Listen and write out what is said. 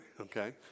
okay